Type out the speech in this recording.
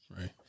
Right